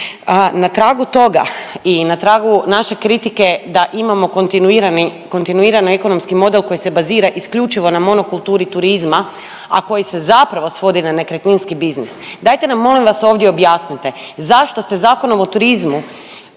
Na tragu toga i na tragu naše kritike da imamo kontinuirani ekonomski model koji se bazira isključivo na monokulturi turizma, a koji se zapravo svodi na nekretninski biznis. Dajte nam molim vas ovdje objasnite zašto ste Zakonom o turizmu